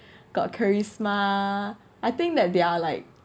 got charisma I think that they are like